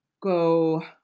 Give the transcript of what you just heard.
go